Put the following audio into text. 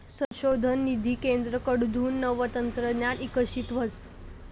संशोधन निधी केंद्रकडथून नवं तंत्रज्ञान इकशीत व्हस